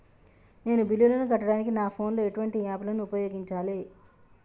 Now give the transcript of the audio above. నేను బిల్లులను కట్టడానికి నా ఫోన్ లో ఎటువంటి యాప్ లను ఉపయోగించాలే?